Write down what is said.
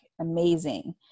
amazing